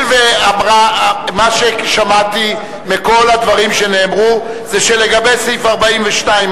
הואיל ומה ששמעתי מכל הדברים שנאמרו זה שלגבי סעיף 42,